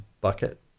bucket